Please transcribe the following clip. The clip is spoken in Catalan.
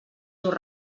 dur